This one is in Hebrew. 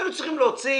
היינו צריכים להוציא